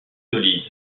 solide